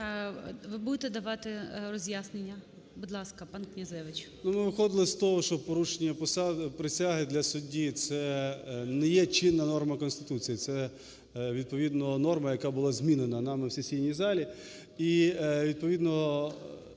Ви будете давати роз'яснення? Будь ласка, пан Князевич. 13:02:16 КНЯЗЕВИЧ Р.П. Ми виходили з того, що порушення присяги для судді – це не є чинна норма Конституції, це відповідно норма, яка була змінена нами в сесійній залі.